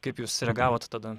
kaip jūs reagavot tada